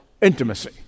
intimacy